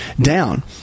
down